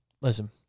Listen